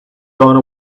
gone